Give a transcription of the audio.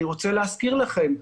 אני רוצה להזכיר לכם,